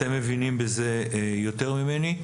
אתם מבינים בזה יותר ממני.